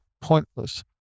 pointless